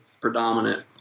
predominant